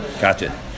Gotcha